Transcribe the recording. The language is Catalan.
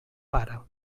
para